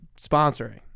sponsoring